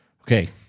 Okay